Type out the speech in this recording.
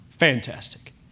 Fantastic